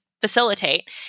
facilitate